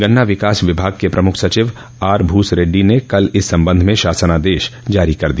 गन्ना विकास विभाग के प्रमुख सचिव आरभूसरेड्डी ने कल इस संबंध में शासनादेश जारी कर दिया